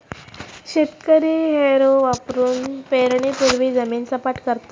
शेतकरी हॅरो वापरुन पेरणीपूर्वी जमीन सपाट करता